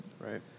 Right